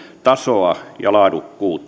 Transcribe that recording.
tasoa ja laadukkuutta